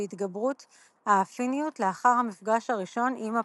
התגברות האפיניות לאחר המפגש הראשון עם הפתוגן.